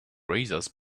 razors